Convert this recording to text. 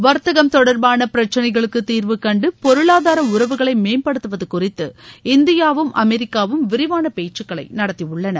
வர்த்தகம் தொடர்பான பிரச்னைகளுக்கு தீர்வுகண்டு பொருளாதார உறவுகளை மேம்படுத்துவது குறித்து இந்தியாவும் அமெரிக்காவும் விரிவான பேச்சுக்களை நடத்தியுள்ளன